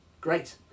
Great